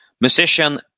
musician